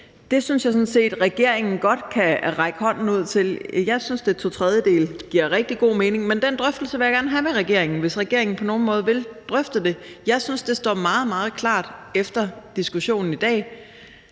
Det synes jeg sådan set godt regeringen kunne række hånden ud til. Jeg synes, at et totredjedelesflertal giver rigtig god mening, men den drøftelse vil jeg gerne have med regeringen, hvis regeringen på nogen måde vil drøfte det. Jeg synes, det står meget, meget klart efter diskussionen i dag,